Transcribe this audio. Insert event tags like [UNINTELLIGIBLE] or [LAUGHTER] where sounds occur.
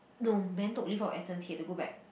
[UNINTELLIGIBLE]